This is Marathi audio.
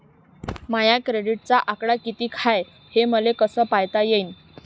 माया क्रेडिटचा आकडा कितीक हाय हे मले कस पायता येईन?